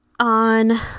On